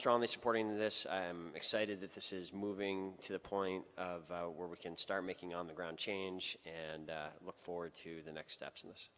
strongly supporting this i'm excited that this is moving to the point where we can start making on the ground change and look forward to the next step